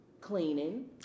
cleaning